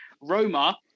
Roma